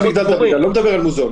אני לא מדבר על מוזיאון.